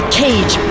cage